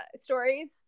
stories